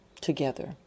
together